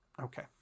Okay